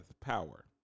power